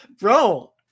bro